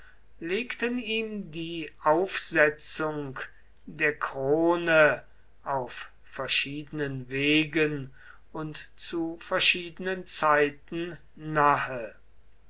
legten ihm die aufsetzung der krone auf verschiedenen wegen und zu verschiedenen zeiten nahe